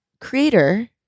Creator